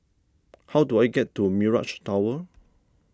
how do I get to Mirage Tower